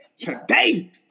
today